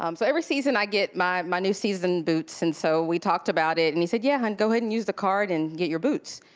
um so every season i get my my new season boots, and so we talked about it, and he said, yeah, hon, go ahead and use the card and get your boots.